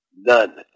None